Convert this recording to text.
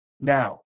Now